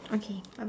okay